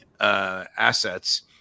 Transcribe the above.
Assets